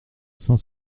cinq